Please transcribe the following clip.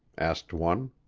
asked one.